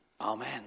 Amen